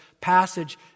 passage